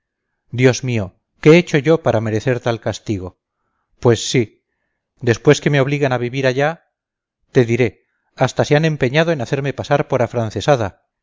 dios mío qué he hecho yo para merecer tal castigo pues sí después que me obligan a vivir allá te diré hasta se han empeñado en hacerme pasar por afrancesada